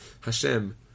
Hashem